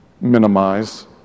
Minimize